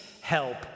help